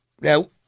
Now